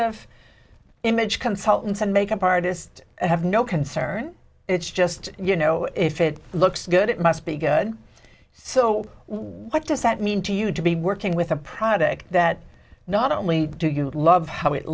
of image consultants and makeup artist i have no concern it's just you know if it looks good it must be good so what does that mean to you to be working with a product that not only do you love how it